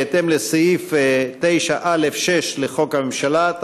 בהתאם לסעיף 9(א)(6) לחוק הממשלה,